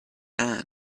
ann